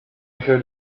heard